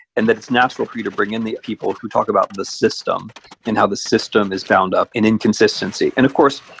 and then it's natural for you to bring in the people who talk about the system and how the system is bound up in inconsistency. and of course,